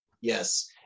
yes